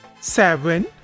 seven